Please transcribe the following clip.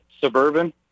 Suburban